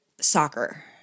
soccer